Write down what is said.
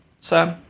Sam